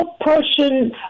person